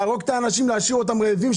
להרוג את האנשים ולהשאיר אותם רעבים,